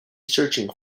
searching